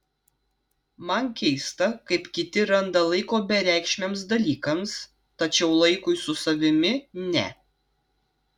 man keista kaip kiti randa laiko bereikšmiams dalykams tačiau laikui su savimi ne